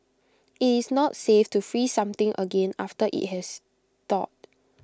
IT is not safe to freeze something again after IT has thawed